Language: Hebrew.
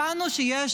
הבנו שיש